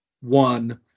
one